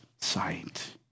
sight